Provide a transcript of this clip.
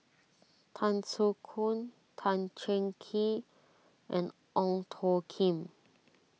Tan Soo Khoon Tan Cheng Kee and Ong Tjoe Kim